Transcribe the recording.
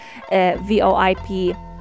VOIP